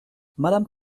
madame